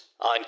on